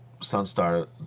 Sunstar